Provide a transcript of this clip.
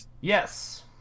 Yes